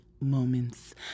moments